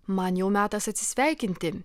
man jau metas atsisveikinti